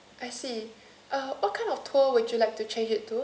I see uh what kind of tour would you like to change it to